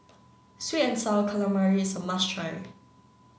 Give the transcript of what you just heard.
sweet and sour calamari is a must try